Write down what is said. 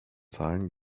zahlen